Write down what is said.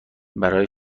برای